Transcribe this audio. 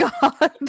god